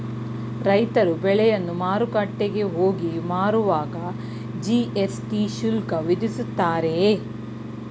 ರೈತರು ಬೆಳೆಯನ್ನು ಮಾರುಕಟ್ಟೆಗೆ ಹೋಗಿ ಮಾರುವಾಗ ಜಿ.ಎಸ್.ಟಿ ಶುಲ್ಕ ವಿಧಿಸುತ್ತಾರೆಯೇ?